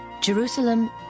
Jerusalem